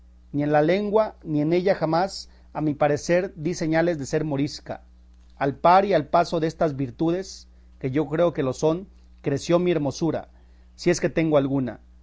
ni en la lengua ni en ellas jamás a mi parecer di señales de ser morisca al par y al paso destas virtudes que yo creo que lo son creció mi hermosura si es que tengo alguna